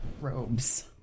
robes